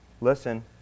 listen